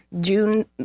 June